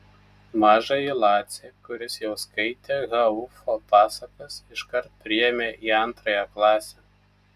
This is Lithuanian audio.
mažąjį lacį kuris jau skaitė haufo pasakas iškart priėmė į antrąją klasę